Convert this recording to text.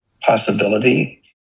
possibility